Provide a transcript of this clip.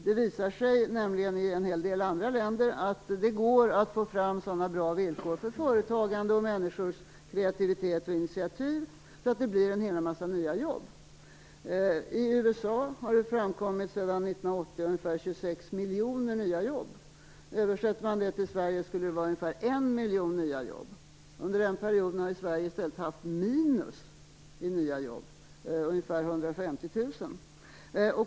Det visar sig nämligen i en hel del andra länder att det går att få fram sådana bra villkor för företagande och för människors kreativitet och initiativ så att det blir en hel massa nya jobb. I USA har det sedan 1980 tillkommit ungefär 26 miljoner nya jobb. Översätter man det till Sverige skulle det vara ungefär 1 miljon nya jobb. Under denna period har vi i Sverige i stället haft minus i nya jobb, ungefär 150 000.